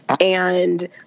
And-